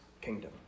kingdom